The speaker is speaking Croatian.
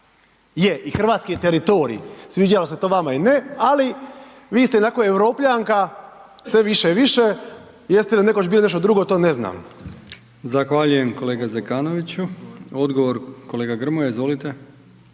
je i hrvatski je teritorij, sviđalo se to vama ili ne, ali vi ste ionako Europljanka sve više i više, jeste li nekoć bili nešto drugo, to ne znam. **Brkić, Milijan (HDZ)** Zahvaljujem kolega Zekanoviću. Odgovor kolega Grmoja, izvolite.